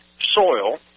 soil